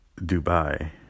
Dubai